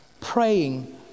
praying